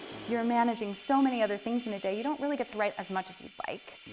you're managing so many other things in a day you don't really get to write as much as you'd like.